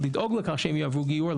לדאוג לכך שהם יעברו גיור,